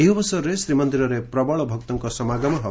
ଏହି ଅବସରରେ ଶ୍ରୀମନ୍ଦିରରେ ପ୍ରବଳ ଭକ୍ତଙ୍ଙ ସମାଗମ ହେବ